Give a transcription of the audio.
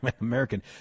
American